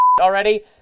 already